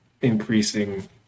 increasing